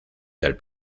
del